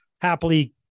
happily